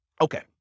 Okay